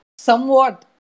somewhat